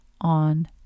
on